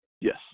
Yes